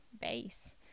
base